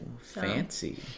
fancy